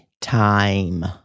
time